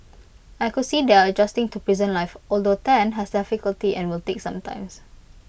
I could see they are adjusting to prison life although Tan has difficulty and will take some time